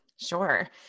Sure